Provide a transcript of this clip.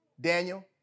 Daniel